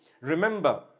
Remember